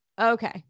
okay